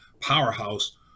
powerhouse